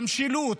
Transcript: המשילות,